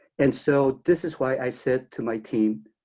and so this is why i said to my team,